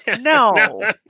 No